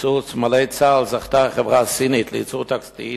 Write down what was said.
ייצור סמלי צה"ל, זכתה חברה סינית לייצור טקסטיל,